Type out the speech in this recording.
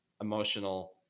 emotional